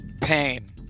Pain